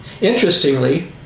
Interestingly